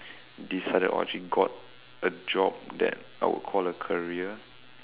decided or actually got a job that I would call a career